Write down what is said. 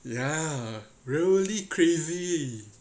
ya really crazy